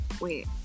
Wait